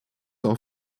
auf